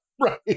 Right